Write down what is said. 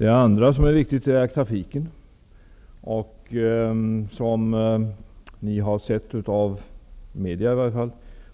En annan viktig sak är trafiken. Som har framgått i media